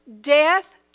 death